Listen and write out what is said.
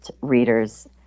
Readers